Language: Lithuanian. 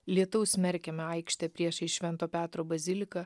lietaus merkiamą aikštę priešais švento petro baziliką